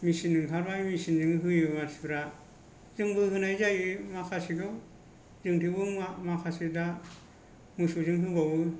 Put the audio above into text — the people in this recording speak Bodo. मेचिन ओंखारबाय मेचिन जों होयो मानसिफोरा जोंबो होनाय जायो माखासेखौ जों थेवबो माखासे दा मोसौजों होबावो